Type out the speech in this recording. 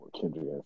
Kendrick